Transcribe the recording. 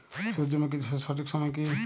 সূর্যমুখী চাষের সঠিক সময় কি?